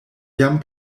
jam